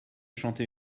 chanter